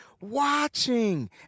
watching